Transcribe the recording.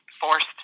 forced